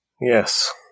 Yes